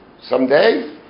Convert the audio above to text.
someday